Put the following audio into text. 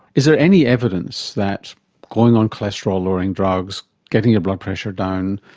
is there any evidence that going on cholesterol lowering drugs, getting your blood pressure down,